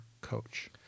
coach